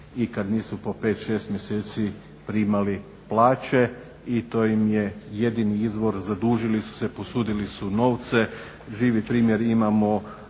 i kada nisu po 5, 6 mjeseci primali plaće i to im je jedini izvor, zadužili su se, posudili su novce. Živi primjer imamo